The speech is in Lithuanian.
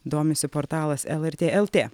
domisi portalas lrt lt